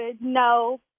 No